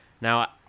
now